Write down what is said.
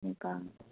ఇంకా